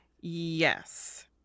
Yes